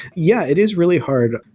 yeah, it is really hard.